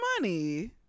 money